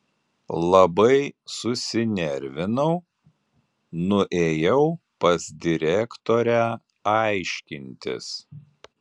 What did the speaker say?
labai susinervinau nuėjau pas direktorę aiškintis